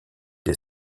des